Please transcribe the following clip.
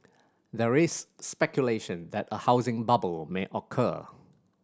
there is speculation that a housing bubble may occur